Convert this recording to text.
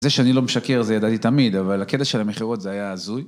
זה שאני לא משקר זה ידעתי תמיד, אבל הקטע של המכירות זה היה הזוי.